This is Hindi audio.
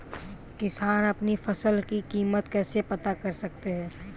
किसान अपनी फसल की कीमत कैसे पता कर सकते हैं?